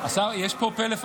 פה.